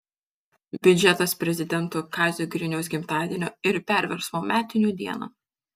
biudžetas prezidento kazio griniaus gimtadienio ir perversmo metinių dieną